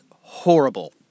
horrible